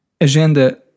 Agenda